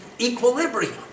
equilibrium